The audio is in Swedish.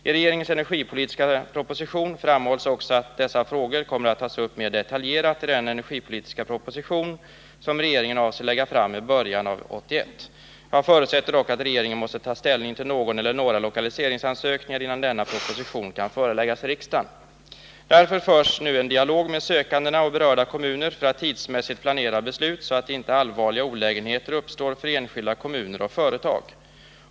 I regeringens energipolitiska proposition framhålls också att dessa frågor kommer att tas upp mer detaljerat i den energipolitiska proposition som regeringen avser lägga fram i början av år 1981. Jag förutsätter dock att regeringen måste ta ställning till någon eller några lokaliseringsansökningar innan denna proposition kan föreläggas riksdagen. Därför förs en dialog med sökandena och berörda kommuner för att tidsmässigt planera beslut så att inte allvarliga olägenheter uppstår för enskilda kommuner och företag.